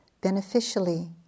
Beneficially